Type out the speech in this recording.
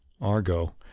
Argo